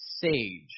sage